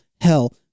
Hell